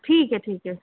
ٹھیک ہے ٹھیک ہے